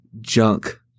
junk